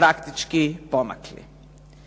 praktički pomakli.